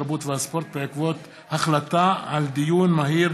התרבות והספורט בעקבות דיון מהיר